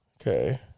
Okay